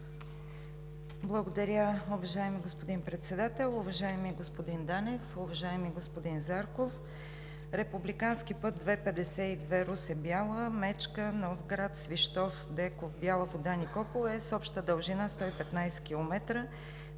Благодаря. Уважаеми господин Председател, уважаеми господин Данев, уважаеми господин Зарков! Републиканският път II-52, Русе – Бяла – Мечка – Новград – Свищов – Деков – Никопол, е с обща дължина 115 км,